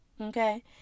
okay